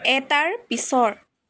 এটাৰ পিছৰ